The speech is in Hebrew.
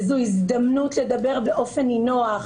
וזו הזדמנות לדבר באופן נינוח,